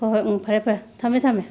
ꯍꯣꯏ ꯍꯣꯏ ꯎꯝ ꯐꯔꯦ ꯐꯔꯦ ꯊꯝꯃꯦ ꯊꯝꯃꯦ